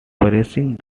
pressing